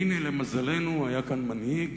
והנה, למזלנו, היה כאן מנהיג